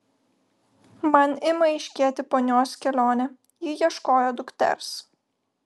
man ima aiškėti ponios kelionė ji ieškojo dukters